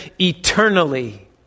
eternally